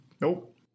Nope